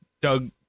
Doug